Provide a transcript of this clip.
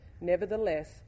Nevertheless